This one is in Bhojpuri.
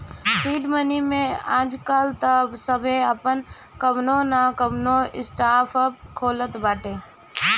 सीड मनी में आजकाल तअ सभे आपन कवनो नअ कवनो स्टार्टअप खोलत बाटे